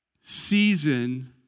season